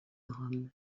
rome